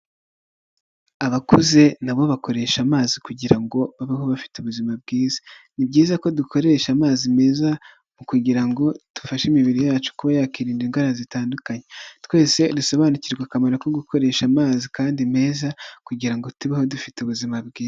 Abakuze nabo bakoresha amazi kugira ngo babeho bafite ubuzima bwiza, ni byiza ko dukoresha amazi meza mu kugira ngo dufashe imibiri yacu kuba yakwinda indwara zitandukanye. Twese dusobanukirwe akamaro ko gukoresha amazi kandi meza kugira ngo tubeho dufite ubuzima bwiza.